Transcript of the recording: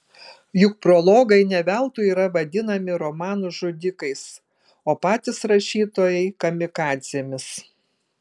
juk prologai ne veltui yra vadinami romanų žudikais o patys rašytojai kamikadzėmis